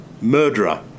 murderer